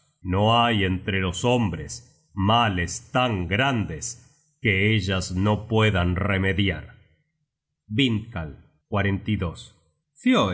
no hay entre los hombres males tan grandes que ellas no puedan remediar vindkal fioelsving etc hay